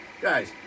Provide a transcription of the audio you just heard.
Guys